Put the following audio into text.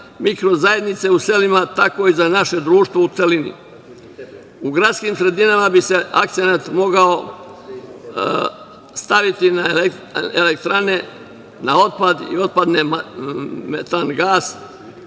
mikro zajednice u selima, tako i za naše društvo u celini.U gradskim sredinama bi se akcenat mogao staviti na elektrane, na otpad i otpadni metan-gas